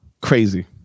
crazy